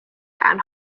and